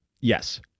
Yes